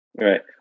Right